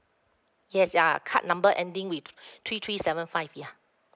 yes ya card number ending with three three seven five ya